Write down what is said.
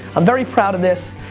i'm very proud of this,